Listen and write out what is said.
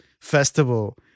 festival